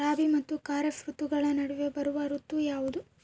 ರಾಬಿ ಮತ್ತು ಖಾರೇಫ್ ಋತುಗಳ ನಡುವೆ ಬರುವ ಋತು ಯಾವುದು?